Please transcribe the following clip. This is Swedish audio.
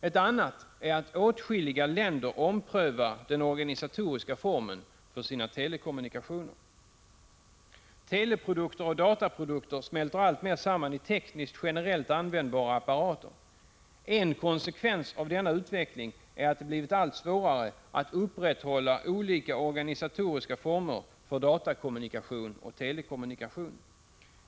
Ett annat drag är att åtskilliga länder omprövar den organisatoriska formen för sina telekommunikationer. Teleprodukter och dataprodukter smälter alltmer samman i tekniskt generellt användbara apparater. En konsekvens av denna utveckling är att det blivit allt svårare att upprätthålla olika organisatoriska former för datakommunikation och telekommunikation.